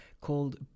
called